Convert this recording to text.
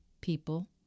people